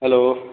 hello